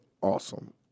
awesome